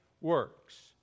works